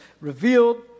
revealed